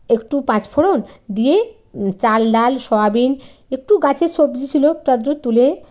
একটু পাঁচফোড়ন দিয়েই চাল ডাল সয়াবিন একটু গাছের সবজি ছিলো একটু আদটু তুলে